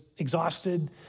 exhausted